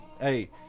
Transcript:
hey